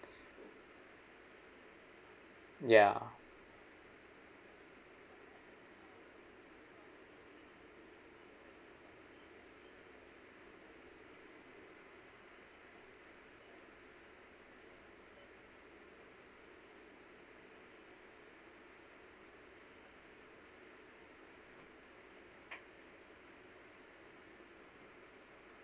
ya